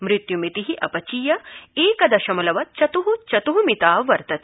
मृत्य्मिति अपचीय एक दशमलव चत् चत् मिता वर्तते